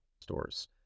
stores